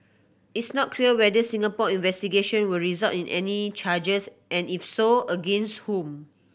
it's not clear whether Singapore investigation will result in any charges and if so against whom